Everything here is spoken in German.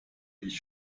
ich